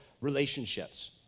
relationships